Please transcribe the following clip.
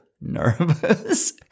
nervous